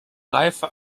reife